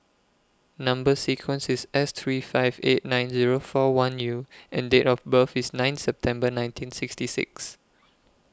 Number sequence IS S three five eight nine Zero four one U and Date of birth IS nine September nineteen sixty six